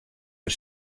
der